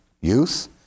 youth